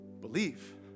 Believe